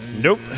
Nope